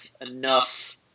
enough